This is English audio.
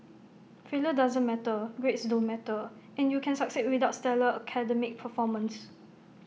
failure doesn't matter grades don't matter and you can succeed without stellar academic performance